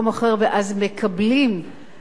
ואז מקבלים את